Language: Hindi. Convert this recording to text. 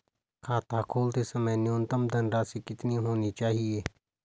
खाता खोलते समय न्यूनतम धनराशि कितनी होनी चाहिए?